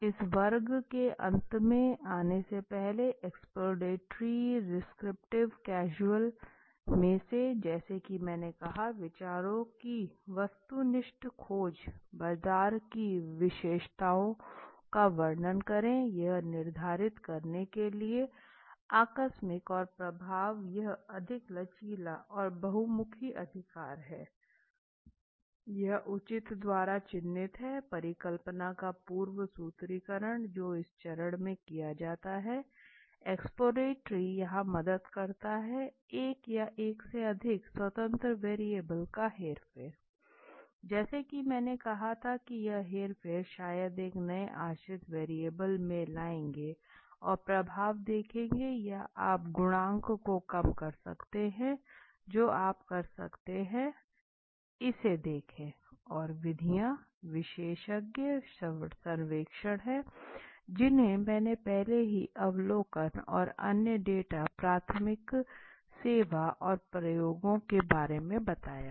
इस वर्ग के अंत में आने से पहले एक्सप्लोरेटरी डिस्क्रिप्टिव कैजुअल में से जैसा कि मैंने कहा विचारों की वस्तुनिष्ठ खोज बाजार की विशेषताओं का वर्णन करें यह निर्धारित करने के लिए आकस्मिक और प्रभाव यह अधिक लचीला और बहुमुखी अधिकार है यह उचित द्वारा चिह्नित है परिकल्पना का पूर्व सूत्रीकरण जो इस चरण से किया जाता है एक्सप्लोरेटरी यहाँ मदद करता है एक या एक से अधिक स्वतंत्र वेरिएबल का हेरफेर जैसा कि मैंने कहा था कि यह हेरफेर शायद एक नए आश्रित वेरिएबल में लाएंगे और प्रभाव देखेंगे या आप गुणांक को कम कर सकते हैं जो आप कर सकते हैं इसे देखें और विधियाँ विशेषज्ञ सर्वेक्षण हैं जिन्हें मैंने पहले ही अवलोकन और अन्य डेटा प्राथमिक सेवा और प्रयोगों के बारे में बताया है